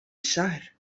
الشهر